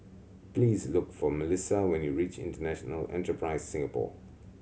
please look for Melisa when you reach International Enterprise Singapore